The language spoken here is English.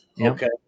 Okay